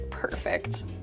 Perfect